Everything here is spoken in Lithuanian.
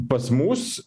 pas mus